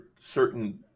certain